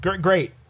Great